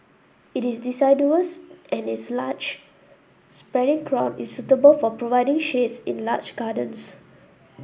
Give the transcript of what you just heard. it is and its large spreading crown is suitable for providing shades in large gardens